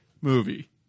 Movie